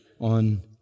on